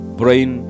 brain